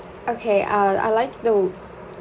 okay I'll I'd like to